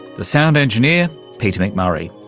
the sound engineer peter mcmurray.